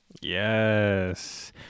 Yes